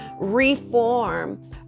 reform